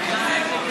כדאי להתמיד בזה.